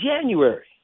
January